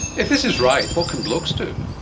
if this is right, what can blokes do?